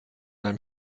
einem